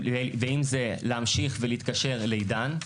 ואם זה להמשיך ולתקשר לעידן,